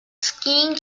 skiing